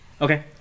Okay